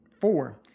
Four